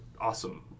awesome